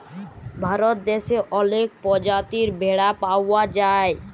ভারত দ্যাশে অলেক পজাতির ভেড়া পাউয়া যায়